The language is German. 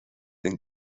den